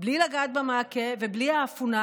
בלי לגעת במעקה ובלי האפונה,